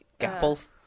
gapples